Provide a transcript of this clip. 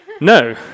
No